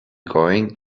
going